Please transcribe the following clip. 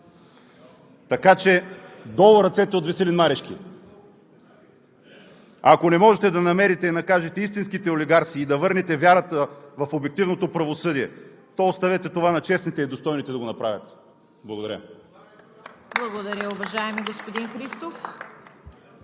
Така че: „Долу ръцете от Веселин Марешки!“ Ако не можете да намерите и накажете истинските олигарси и да върнете вярата в обективното правосъдие, то оставете това на честните и достойните да го направят! Благодаря.